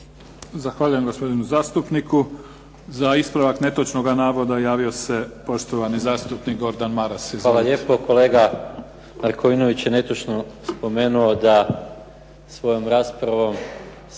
Zahvaljujem gospodinu zastupniku. Za ispravak netočnoga navoda javio se poštovani zastupnik Gordan Maras. Izvolite. **Maras, Gordan (SDP)** Hvala lijepo. Kolega Markovinović je netočno spomenuo da svojom raspravom